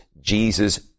Jesus